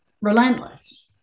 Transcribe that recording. Relentless